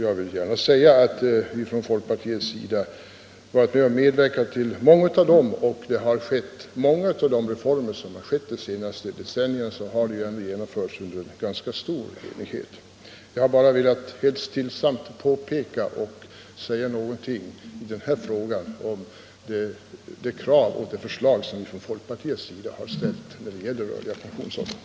Jag vill då gärna säga att folkpartiet har medverkat till många av dem och att flertalet reformer under de senaste decennierna dessutom har genomförts under ganska stor enighet. Jag har i denna fråga bara helt stillsamt velat påpeka detta och säga någonting om de krav och förslag som från folkpårtiets sida ställts när det gäller den rörliga pensionsåldern.